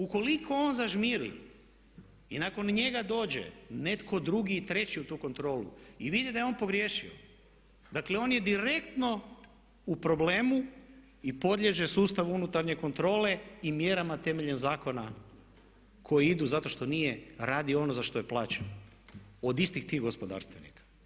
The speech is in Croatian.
Ukoliko on zažmiri i nakon njega dođe netko drugi i treći u tu kontrolu i vidi da je on pogriješio, dakle on je direktno u problemu i podliježe sustavu unutarnje kontrole i mjerama temeljem zakona koji idu zato što nije radio ono za što je plaćen od istih tih gospodarstvenika.